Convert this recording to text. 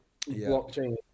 blockchain